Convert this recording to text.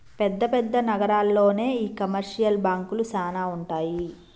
పెద్ద పెద్ద నగరాల్లోనే ఈ కమర్షియల్ బాంకులు సానా ఉంటాయి